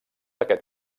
aquest